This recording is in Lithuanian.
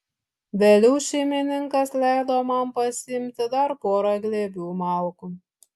vėliau šeimininkas leido man pasiimti dar porą glėbių malkų